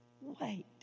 Wait